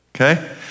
okay